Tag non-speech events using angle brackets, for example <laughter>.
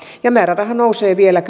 ja määräraha nousee vielä <unintelligible>